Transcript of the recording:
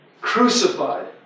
crucified